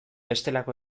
bestelako